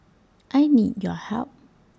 I need your help